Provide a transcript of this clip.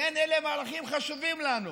כן, אלה הם ערכים חשובים לנו,